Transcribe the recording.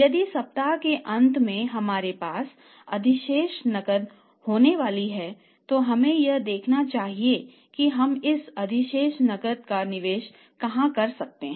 यदि सप्ताह के अंत में हमारे पास अधिशेष नकदी होने वाली है तो हमें यह देखना चाहिए कि हम इस अधिशेष नकदी का निवेश कहां कर सकते हैं